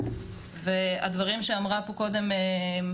והדברים שאמרה פה קודם אורטל לגבי האלימות שהיא חווה הם דברים מזעזעים.